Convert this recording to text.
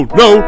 no